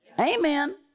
Amen